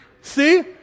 See